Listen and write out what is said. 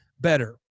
better